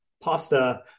pasta